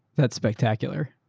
that's spectacular.